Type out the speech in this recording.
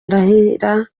arahira